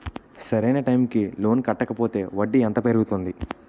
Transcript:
సరి అయినా టైం కి లోన్ కట్టకపోతే వడ్డీ ఎంత పెరుగుతుంది?